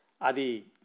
Adi